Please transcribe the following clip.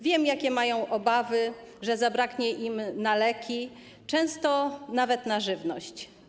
Wiem, jakie mają obawy - że zabraknie im na leki, nawet na żywność.